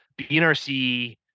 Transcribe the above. BNRC